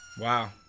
wow